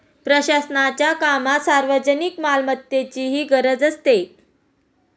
प्रशासनाच्या कामात सार्वजनिक मालमत्तेचीही गरज असते